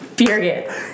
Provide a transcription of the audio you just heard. period